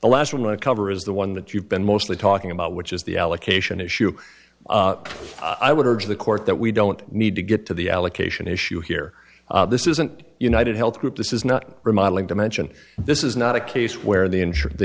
last one to cover is the one that you've been mostly talking about which is the allocation issue i would urge the court that we don't need to get to the allocation issue here this isn't united health group this is not remodeling dimension this is not a case where the